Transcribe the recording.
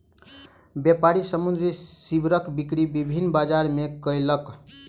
व्यापारी समुद्री सीवरक बिक्री विभिन्न बजार मे कयलक